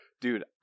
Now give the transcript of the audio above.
dude